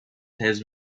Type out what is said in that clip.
has